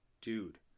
dude